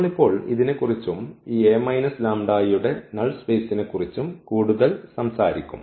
നമ്മൾ ഇപ്പോൾ ഇതിനെക്കുറിച്ചും ഈ യുടെ നൾ സ്പേസിനെക്കുറിച്ചും കൂടുതൽ സംസാരിക്കും